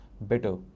better